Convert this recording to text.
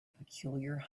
peculiar